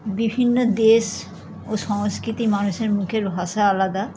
বিভিন্ন দেশ ও সংস্কৃতির মানুষের মুখের ভাষা আলাদা